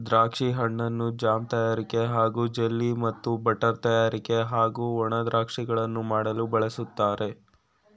ದ್ರಾಕ್ಷಿ ಹಣ್ಣನ್ನು ಜಾಮ್ ತಯಾರಿಕೆ ಹಾಗೂ ಜೆಲ್ಲಿ ಮತ್ತು ಬಟರ್ ತಯಾರಿಕೆ ಹಾಗೂ ಒಣ ದ್ರಾಕ್ಷಿಗಳನ್ನು ಮಾಡಲು ಬಳಸ್ತಾರೆ